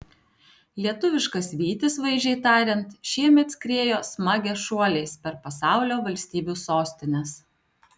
lietuviškas vytis vaizdžiai tariant šiemet skriejo smagia šuoliais per pasaulio valstybių sostines